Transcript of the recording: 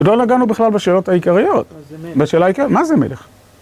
‫לא נגענו בכלל בשאלות העיקריות. ‫-מה זה מלך? ‫בשאלה העיקרית, מה זה מלך?